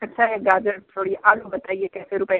अच्छा है गाजर सौरी आलू बताइए कैसे रुपये